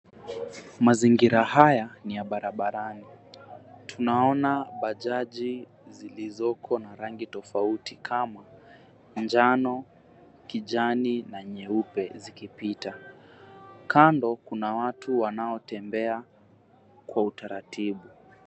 Mazingira haya ni ya barabarani tunaona bajaji zilizoko na rangi tofauti kama njano, kijani na nyeupe zikipita. Kando kuna watu wanaotembea kwa utaratibu.